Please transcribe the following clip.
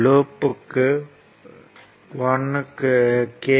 loop 1 க்கு K